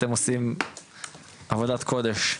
אתם עושים עבודת קודש.